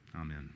Amen